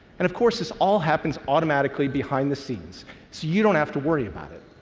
and, of course, this all happens automatically behind the scenes so you don't have to worry about it.